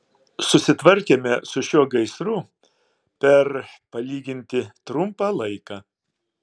susitvarkėme su šiuo gaisru per palyginti trumpą laiką